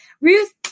Ruth